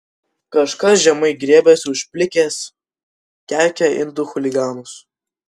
kažkas žemai griebiasi už plikės keikia indų chuliganus